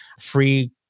free